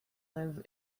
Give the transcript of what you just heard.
live